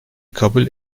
kabul